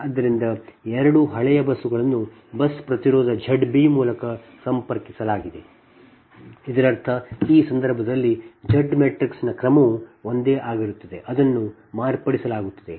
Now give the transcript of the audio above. ಆದ್ದರಿಂದ 2 ಹಳೆಯ ಬಸ್ಸುಗಳನ್ನು ಬಸ್ ಪ್ರತಿರೋಧ Z b ಮೂಲಕ ಸಂಪರ್ಕಿಸಲಾಗಿದೆ ಇದರರ್ಥ ಈ ಸಂದರ್ಭದಲ್ಲಿ Z ಮ್ಯಾಟ್ರಿಕ್ಸ್ನ ಕ್ರಮವು ಒಂದೇ ಆಗಿರುತ್ತದೆ ಅದನ್ನು ಮಾರ್ಪಡಿಸಲಾಗುತ್ತದೆ